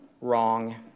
wrong